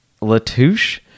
Latouche